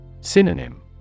Synonym